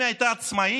אם היא הייתה עצמאית,